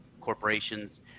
corporations